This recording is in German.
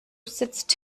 sitzt